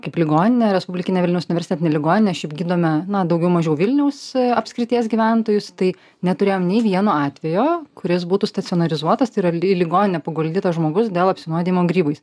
kaip ligoninė respublikinė vilniaus universitetinė ligoninė šiaip gydome na daugiau mažiau vilniaus apskrities gyventojus tai neturėjom nei vieno atvejo kuris būtų stacionarizuotas tai yra į ligoninę paguldytas žmogus dėl apsinuodijimo grybais